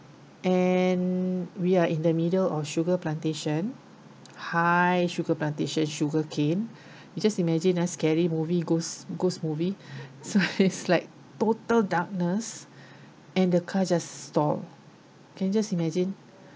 and we are in the middle of sugar plantation high sugar plantation sugarcane you just imagine lah scary movie ghost ghost movie so it's like total darkness and the car just stop can you just imagine